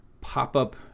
pop-up